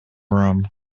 room